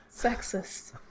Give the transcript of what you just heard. Sexist